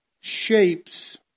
shapes